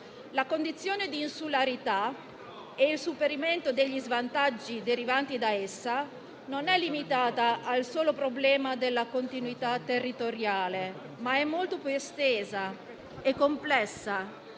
La condizione di insularità e il superamento degli svantaggi da essa derivanti non sono limitati al solo problema della continuità territoriale, ma sono molto più estesi e complessi